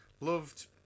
Loved